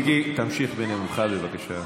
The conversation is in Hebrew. מיקי, תמשיך בנאומך, בבקשה.